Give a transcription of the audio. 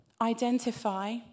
identify